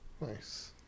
Nice